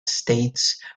states